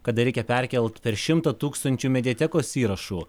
kada reikia perkelti per šimtą tūkstančių mediatekos įrašų